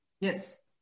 Yes